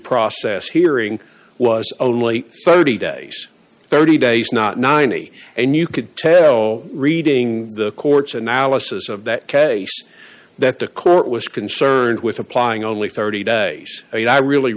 process hearing was only thirty days thirty days not ninety and you could tell reading the court's analysis of that case that the court was concerned with applying only thirty days and i really